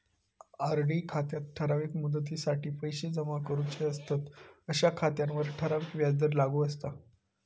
RD खात्यात ठराविक मुदतीसाठी पैशे जमा करूचे असतंत अशा खात्यांवर ठराविक व्याजदर लागू असता